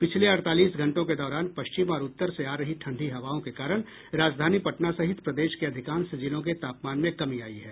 पिछले अड़तालीस घंटों के दौरान पश्चिम और उत्तर से आ रही ठंडी हवाओं के कारण राजधानी पटना सहित प्रदेश के अधिकांश जिलों के तापमान में कमी आयी है